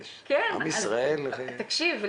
עם ישראל הוא יצירתי.